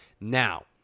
Now